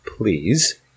Please